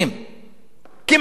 כמעט מחצית היישוב.